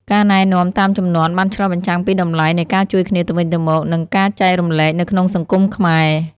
ការណែនាំតាមជំនាន់បានឆ្លុះបញ្ចាំងពីតម្លៃនៃការជួយគ្នាទៅវិញទៅមក និងការចែករំលែកនៅក្នុងសង្គមខ្មែរ។